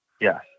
Yes